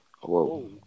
Whoa